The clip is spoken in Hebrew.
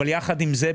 עם זאת,